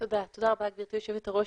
תודה רבה גבירתי היו"ר.